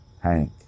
Hank